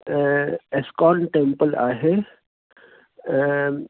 ISKCON temple आहे